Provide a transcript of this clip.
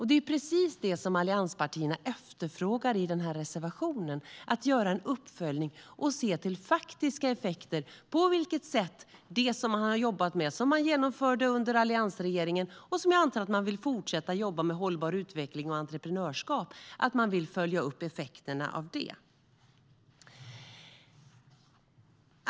Det är precis det som allianspartierna efterfrågar i den här reservationen - att det görs en uppföljning av faktiska effekter av det som man genomförde under alliansregeringen och som jag antar att regeringspartierna vill fortsätta jobba med, nämligen hållbar utveckling och entreprenörskap.